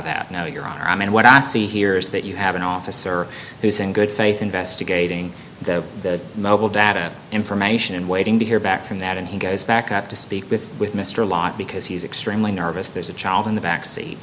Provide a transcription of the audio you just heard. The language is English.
that no your honor i mean what i see here is that you have an officer who's in good faith investigating the mobile data information and waiting to hear back from that and he goes back up to speak with with mr lott because he's extremely nervous there's a child in the backseat